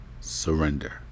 surrender